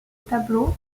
tableau